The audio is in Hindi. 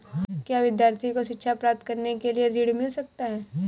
क्या विद्यार्थी को शिक्षा प्राप्त करने के लिए ऋण मिल सकता है?